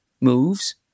moves